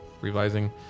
revising